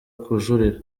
kujurira